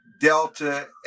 Delta